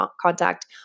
contact